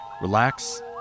relax